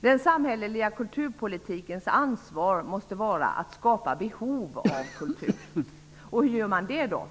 Den samhälleliga kulturpolitikens ansvar måste vara att skapa behov av kultur. Hur gör man det då?